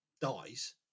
dies